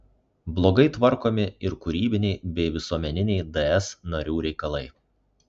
blogai tvarkomi ir kūrybiniai bei visuomeniniai ds narių reikalai